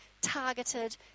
targeted